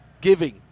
giving